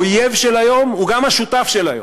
האויב של היום הוא גם השותף של היום.